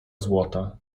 złota